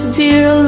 dear